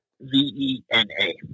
V-E-N-A